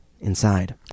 inside